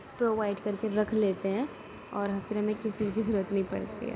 provide کر کے رکھ لیتے ہیں اور آخری میں کسی کی ضرورت نہیں پڑتی ہے